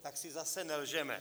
Tak si zase nelžeme!